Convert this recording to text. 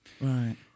Right